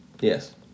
Yes